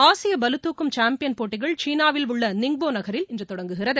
ஆசிய பளுதூக்கும் சாம்பியன் போட்டிகள் சீனாவில் உள்ள நிங்போ நகரில் இன்று தொடங்குகிறது